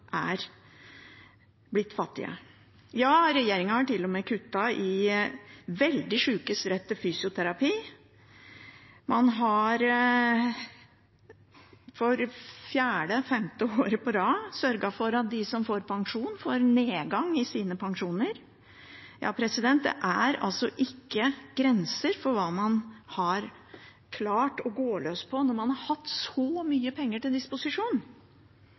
er blitt fattige. Regjeringen har til og med kuttet i veldig sykes rett til fysioterapi. Man har for femte året på rad sørget for at de som har pensjon, får nedgang i sine pensjoner. Det er altså ikke grenser for hva man har klart å gå løs på når man har hatt så mye penger til disposisjon.